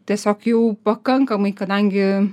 tiesiog jau pakankamai kadangi